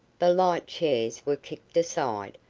the light chairs were kicked aside,